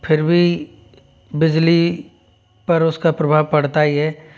फिर भी बिजली पर उसका प्रभाव पड़ता ही है